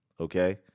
okay